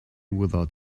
without